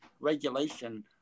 regulation